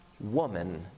woman